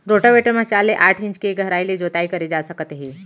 rotavator म चार ले आठ इंच तक के गहराई ले जोताई करे जा सकत हे